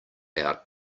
out